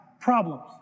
problems